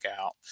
out